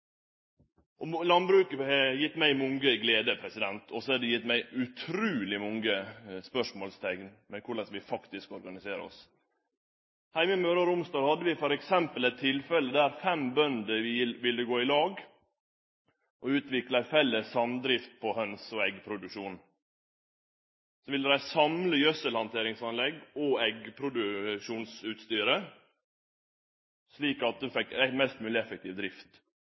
ser! Landbruket har gitt meg mange gleder, og så har det ført til at eg har stilt meg utruleg mange spørsmål om korleis vi faktisk organiserer oss. Heime i Møre og Romsdal hadde vi f.eks. eit tilfelle der fem bønder ville gå i lag og utvikle ei felles samdrift for hønse- og eggproduksjon. Dei ville samle gjødselhandteringsanlegget og eggproduksjonsutstyret, slik at dei fekk ei mest mogleg effektiv drift.